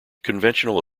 conventional